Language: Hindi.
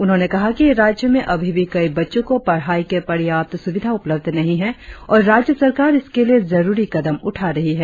उन्होंने कहा कि राज्य में अभी भी कई बच्चों को पढ़ाई के पर्याप्त सुविधा उपलब्ध नहीं है और राज्य सरकार इसके लिए जरुरी कदम उठा रही है